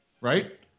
right